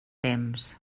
temps